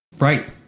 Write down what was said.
Right